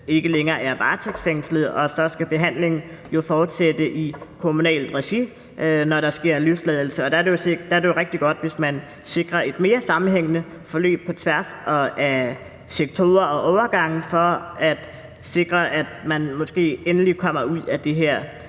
ikke længere er varetægtsfængslet; så skal behandlingen jo fortsætte i kommunalt regi, når der sker løsladelse. Og der er det jo rigtig godt, hvis man sikrer et mere sammenhængende forløb på tværs af sektorer og overgange for at sikre, at man måske endelig kommer ud af det her